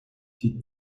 die